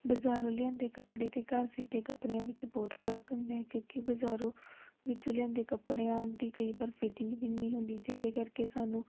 ਬਜ਼ਾਰੋਂ ਲਿਆਂਦੇ ਕੱਪੜੇ ਅਤੇ ਘਰ ਸੀਤੇ ਕੱਪੜਿਆਂ ਵਿੱਚ ਬਹੁਤ ਫਰਕ ਹੁੰਦਾ ਹੈ ਕਿਉਂਕਿ ਬਜਾਰੋਂ ਵਿੱਚੋਂ ਲਿਆਂਦੇ ਕੱਪੜਿਆਂ ਦੀ ਕਈ ਵਾਰ ਫੀਟਿੰਗ ਵੀ ਨਹੀਂ ਹੁੰਦੀ ਜਿਹਦੇ ਕਰਕੇ ਸਾਨੂੰ